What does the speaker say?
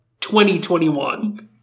2021